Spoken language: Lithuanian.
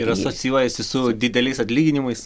ir asocijuojasi su dideliais atlyginimais